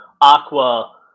Aqua